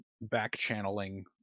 back-channeling